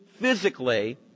physically